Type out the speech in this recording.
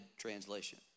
translation